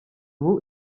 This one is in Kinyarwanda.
ubu